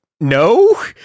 no